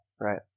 right